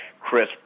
chris